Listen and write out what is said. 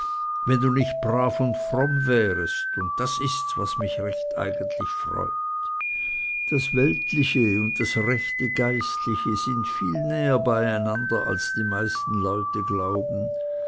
wenn du nicht brav und fromm wärest und das ists was mich eigentlich recht freut das weltliche und das rechte geistliche sind viel näher bei einander als die meisten leute glauben